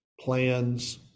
plans